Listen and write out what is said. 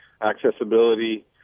accessibility